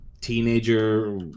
teenager